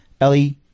Ellie